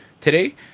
today